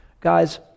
Guys